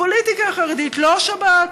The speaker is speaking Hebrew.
הפוליטיקה החרדית, לא השבת,